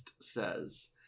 says